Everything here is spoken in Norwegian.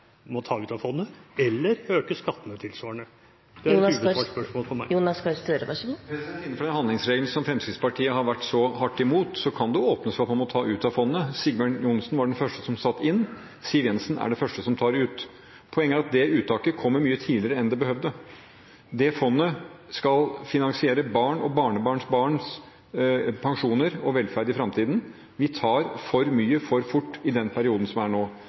må ta ut av fondet, eller øke skattene tilsvarende? Det er et ubesvart spørsmål for meg. Innenfor handlingsregelen, som Fremskrittspartiet har vært så imot, kan det åpnes for at man må ta ut av fondet. Sigbjørn Johnsen var den første som satte inn, Siv Jensen er den første som tar ut. Poenget er at uttaket kommer mye tidligere enn det det behøvde. Fondet skal finansiere barns og barnebarns barns pensjoner og velferd i framtiden. Vi tar ut for mye for fort i den perioden vi er i nå.